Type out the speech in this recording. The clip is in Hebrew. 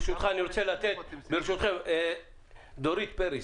ברשותך אני רוצה לתת לדורית פרי,